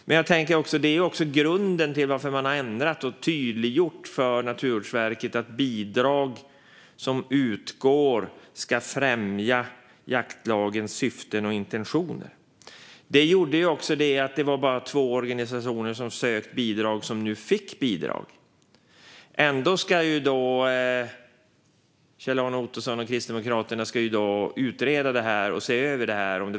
Det här är grunden till att man har gjort ändringar och tydliggjort för Naturvårdsverket att bidrag som utgår ska främja jaktlagens syften och intentioner. Det medförde att bara två organisationer som sökt bidrag också fick bidrag. Ändå ska Kjell-Arne Ottosson och Kristdemokraterna utreda och se över det här.